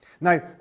Now